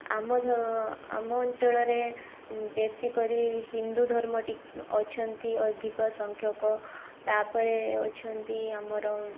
ଆମ ଆମ ଅଞ୍ଚଳରେ ବେଶୀକରି ହିନ୍ଦୁ ଧର୍ମଟି ଅଛନ୍ତି ଅଧିକ ସଂଖ୍ୟକ ତା'ପରେ ଅଛନ୍ତି ଆମର